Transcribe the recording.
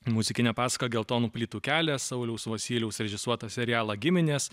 muzikinę pasaką geltonų plytų kelias sauliaus vosyliaus režisuotą serialą giminės